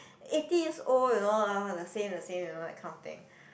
eighty years old you know ah the same the same like that kind of thing